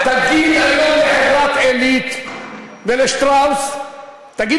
תגיד היום לחברת "עלית" ול"שטראוס" תגיד